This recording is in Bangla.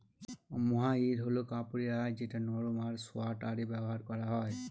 মহাইর হল কাপড়ের আঁশ যেটা নরম আর সোয়াটারে ব্যবহার করা হয়